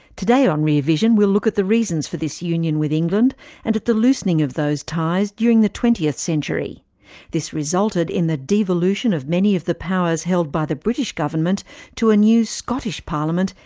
today on rear vision we'll look at the reasons for this union with england and at the loosening of those ties during the twentieth century this resulted in the devolution of many of the powers held by the british government to a new scottish parliament,